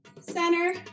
center